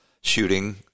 shooting